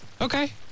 Okay